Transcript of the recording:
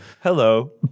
Hello